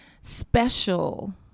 special